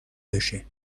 بشه